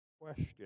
question